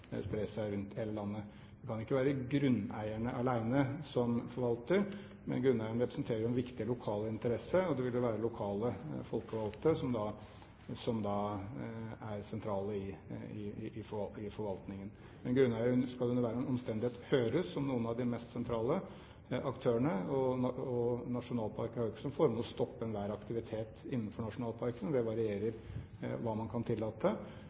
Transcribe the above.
rundt i hele landet. Det kan ikke være grunneierne alene som forvalter, men grunneierne representerer en viktig lokal interesse, og det vil være lokale folkevalgte som da er sentrale i forvaltningen. Grunneierne skal under enhver omstendighet høres som noen av de meste sentrale aktørene. Nasjonalparker har jo ikke som formål å stoppe enhver aktivitet innenfor nasjonalparkene. Det varierer hva man kan tillate,